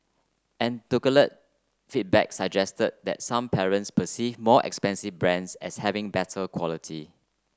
feedback suggested that some parents perceive more expensive brands as having better quality